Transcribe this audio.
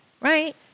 right